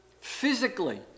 physically